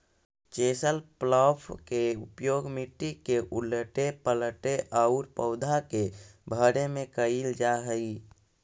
chisel plough के उपयोग मट्टी के उलऽटे पलऽटे औउर पौधा के भरे में कईल जा हई